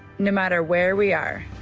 and a matter where we are.